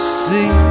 see